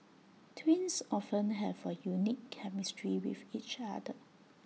twins often have A unique chemistry with each other